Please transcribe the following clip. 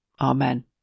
Amen